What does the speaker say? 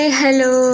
hello